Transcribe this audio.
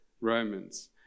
Romans